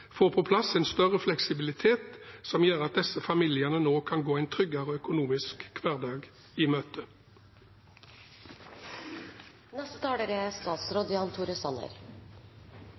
en større fleksibilitet, som gjør at disse familiene nå kan gå en tryggere økonomisk hverdag i møte. Pleiepengeordningen er